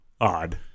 odd